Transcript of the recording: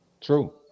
true